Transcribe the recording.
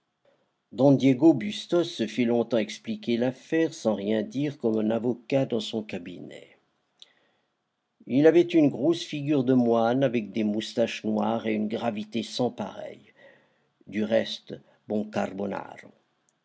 don diego bustos se fit longtemps expliquer l'affaire sans rien dire comme un avocat dans son cabinet il avait une grosse figure de moine avec des moustaches noires et une gravité sans pareille du reste bon carbonaro